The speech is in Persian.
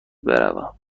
بروم